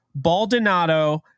Baldonado